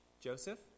Joseph